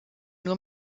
nur